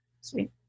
Sweet